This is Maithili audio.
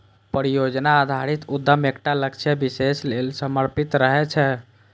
परियोजना आधारित उद्यम एकटा लक्ष्य विशेष लेल समर्पित रहै छै